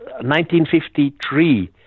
1953